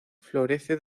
florece